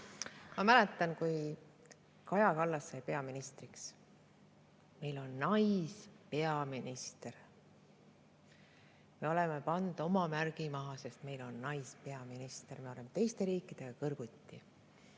Ma mäletan, kui Kaja Kallas sai peaministriks. "Meil on naispeaminister! Me oleme pannud märgi maha, sest meil on naispeaminister, me oleme teiste riikidega kõrvuti."